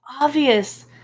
obvious